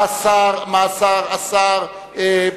מה להסביר.